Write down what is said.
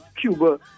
Cuba